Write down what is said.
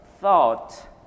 thought